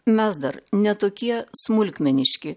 mes dar ne tokie smulkmeniški